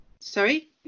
Sorry